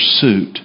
pursuit